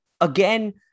again